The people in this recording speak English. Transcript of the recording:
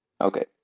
Okay